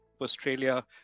Australia